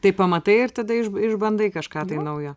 tai pamatai ir tada išbandai kažką naujo